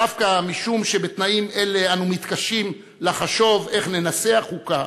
דווקא משום שבתנאים אלה אנו מתקשים לחשוב איך ננסח חוקה,